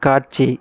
காட்சி